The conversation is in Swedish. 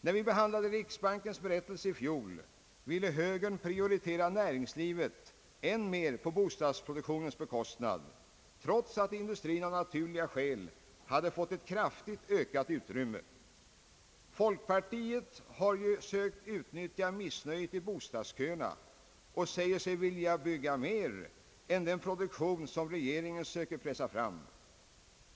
När vi behandlade riksbankens berättelse i fjol, ville högern prioritera näringslivet än mer på bostadsproduktionens bekostnad, trots att industrien av naturliga skäl hade fått ett kraftigt ökat utrymme. Folkpartiet har ju sökt utnyttja missnöjet i bostadsköerna och säger sig vilja bygga mera än den bostadsproduktion som regeringen söker pressa fram.